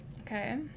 Okay